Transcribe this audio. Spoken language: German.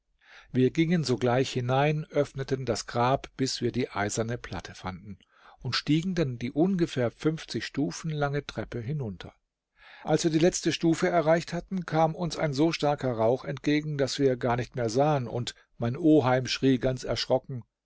wir gingen sogleich hinein öffneten das grab bis wir die eiserne platte fanden und stiegen dann die ungefähr fünfzig stufen lange treppe hinunter als wir die letzte stufe erreicht hatten kam uns ein so starker rauch entgegen daß wir gar nicht mehr sahen und mein oheim schrie ganz erschrocken